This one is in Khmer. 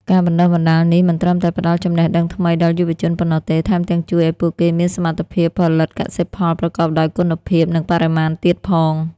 ការបណ្តុះបណ្តាលនេះមិនត្រឹមតែផ្តល់ចំណេះដឹងថ្មីដល់យុវជនប៉ុណ្ណោះទេ ថែមទាំងជួយឱ្យពួកគេមានសមត្ថភាពផលិតកសិផលប្រកបដោយគុណភាពនិងបរិមាណទៀតផង។